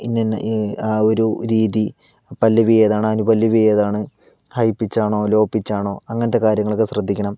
ഇന്ന ഇന്ന ആ ഒരു രീതി പല്ലവി ഏതാണ് അനുപല്ലവി ഏതാണ് ഹൈ പിച്ച് ആണോ ലോ പിച്ചാണോ അങ്ങനത്തെ കാര്യങ്ങളൊക്കെ ശ്രദ്ധിക്കണം